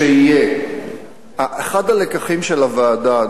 אחד הלקחים של הוועדה,